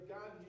God